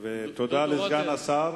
תודה לסגן השר.